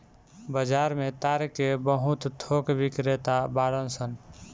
बाजार में ताड़ के बहुत थोक बिक्रेता बाड़न सन